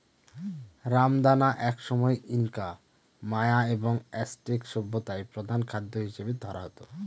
রামদানা একসময় Inca, Maya এবং অ্যাজটেক সভ্যতায় প্রধান খাদ্য হিসাবে ধরা হত